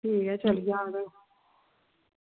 ठीक ऐ चली जाह्ग